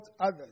others